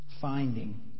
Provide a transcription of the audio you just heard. Finding